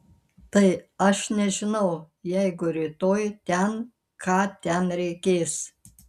tai aš nežinau jeigu rytoj ten ką ten reikės